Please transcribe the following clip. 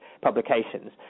publications